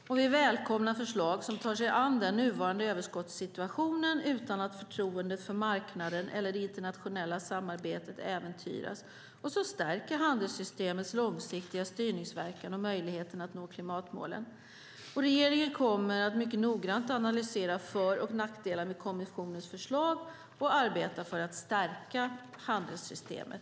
Regeringen välkomnar förslag som tar sig an den nuvarande överskottssituationen utan att förtroendet för marknaden eller det internationella samarbetet äventyras och som stärker handelssystemets långsiktiga styrningsverkan och möjligheten att nå klimatmålen. Regeringen kommer att mycket noggrant analysera för och nackdelar med kommissionens förslag och arbeta för att stärka handelssystemet.